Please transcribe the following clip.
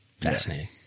Fascinating